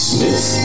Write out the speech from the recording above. Smith